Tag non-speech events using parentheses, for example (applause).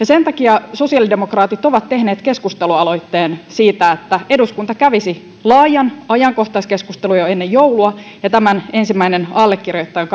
(unintelligible) sen takia sosiaalidemokraatit ovat tehneet keskustelualoitteen siitä että eduskunta kävisi laajan ajankohtaiskeskustelun jo ennen joulua ja tämän ensimmäinen allekirjoittaja on (unintelligible)